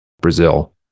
Brazil